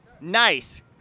Nice